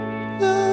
love